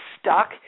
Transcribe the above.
stuck